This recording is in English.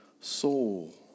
soul